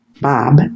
Bob